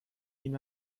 این